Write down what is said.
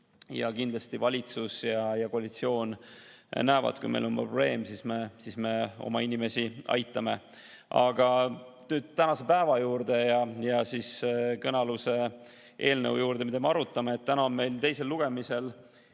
Kindlasti valitsus ja koalitsioon näevad, et kui meil on probleem, siis me oma inimesi aitame. Aga tänase päeva ja kõnealuse eelnõu juurde, mida me arutame. Täna on meil teisel lugemisel